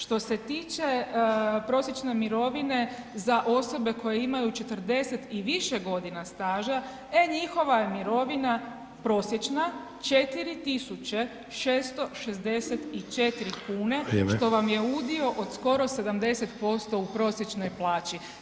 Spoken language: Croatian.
Što se tiče prosječne mirovine za osobe koje imaju 40 i više godina staža, e njihova je mirovina, prosječna, 4664 kn [[Upadica Sanader: Vrijeme.]] što vam je udio od skoro 70% u prosječnoj plaći.